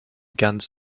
ganz